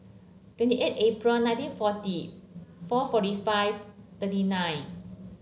twenty eight April nineteen forty four forty five thirty nine